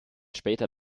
später